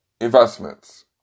investments